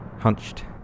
hunched